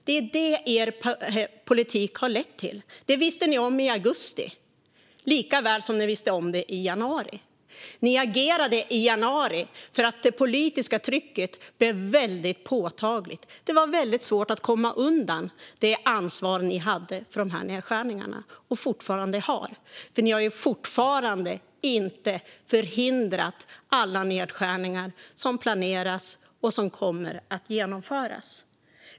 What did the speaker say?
Det är detta er politik har lett till. Det här visste ni om i augusti, likaväl som ni visste om det i januari. Ni agerade i januari därför att det politiska trycket blev väldigt påtagligt. Det var svårt att komma undan det ansvar ni hade och fortfarande har för dessa nedskärningar. Ni har fortfarande inte förhindrat alla nedskärningar som planeras och som kommer att genomföras.